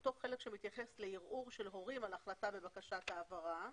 אותו חלק שמתייחס לערעור של הורים על החלטה בבקשת העברה,